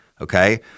Okay